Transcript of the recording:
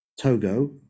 Togo